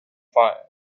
fire